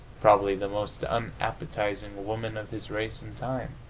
probably the most unappetizing woman of his race and time.